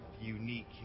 unique